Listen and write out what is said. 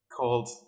called